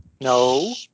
No